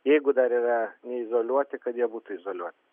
jeigu dar yra neizoliuoti kad jie būtų izoliuoti